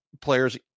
players